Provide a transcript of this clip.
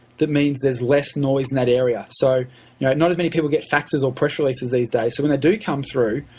that means there's less noise in that area. so yeah not as many people get faxes or press releases these days. so when they do come through,